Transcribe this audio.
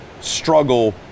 struggle